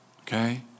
Okay